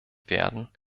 werden